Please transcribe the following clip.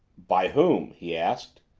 by whom? he asked.